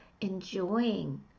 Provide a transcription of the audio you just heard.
enjoying